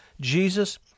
Jesus